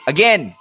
Again